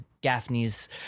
Gaffney's